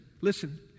listen